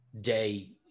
day